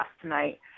tonight